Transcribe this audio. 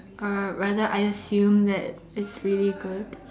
or rather I assume that it's really good